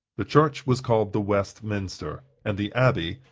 the church was called the west minster, and the abbey,